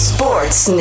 Sports